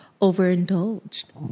overindulged